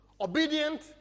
obedient